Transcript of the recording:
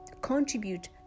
contribute